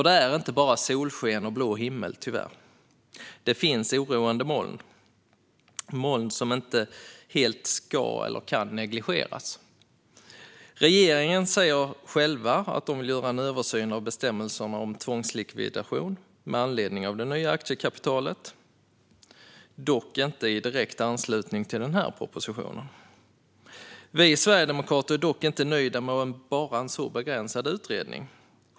Det är inte bara solsken och blå himmel, tyvärr. Det finns oroande moln som inte helt ska eller kan negligeras. Regeringen säger själv att man vill göra en översyn av bestämmelserna om tvångslikvidation med anledning av det nya aktiekapitalet, dock inte i direkt anslutning till den här propositionen. Vi sverigedemokrater är dock inte nöjda med enbart en så begränsad utredning.